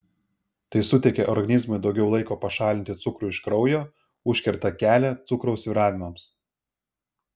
tai suteikia organizmui daugiau laiko pašalinti cukrų iš kraujo užkerta kelią cukraus svyravimams